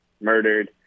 murdered